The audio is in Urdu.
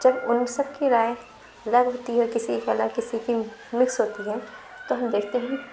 جب اُن سب کی رائے الگ ہوتی ہے کسی کی الگ کسی کہ مکس ہوتی ہے تو ہم دیکھتے ہیں